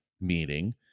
meeting